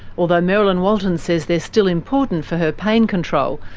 although merrilyn walton says they're still important for her pain control,